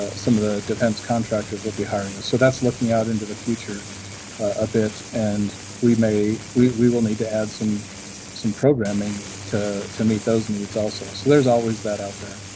ah some of the defense contractors will be hiring us, so that's looking out into the future ah abit and we may. we we will need to add some some programming to to meet those needs also. so there's always that out there.